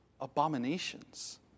abominations